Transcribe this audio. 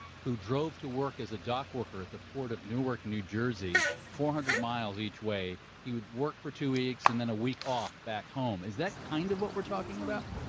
who drove to work as a dock worker at the port of newark, new jersey, four hundred miles each way. he would work for two weeks and then a week off, back home. is that kind of what we're talking about?